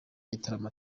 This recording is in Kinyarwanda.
gitaramo